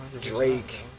Drake